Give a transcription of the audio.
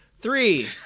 Three